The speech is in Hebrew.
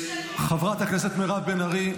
חברת הכנסת מרב בן ארי,